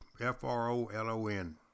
F-R-O-L-O-N